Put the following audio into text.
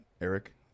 Eric